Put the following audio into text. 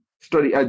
study